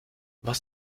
was